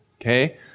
Okay